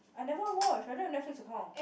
I never watch I don't have Netflix account